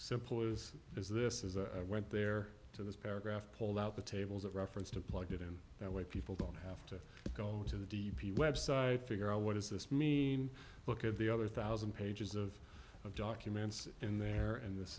simple as is this is a went there to this paragraph pull out the tables of reference to plug it in that way people don't have to go to the d p website figure out what does this mean look at the other one thousand pages of documents in there and this